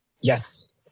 Yes